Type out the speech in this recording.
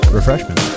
refreshment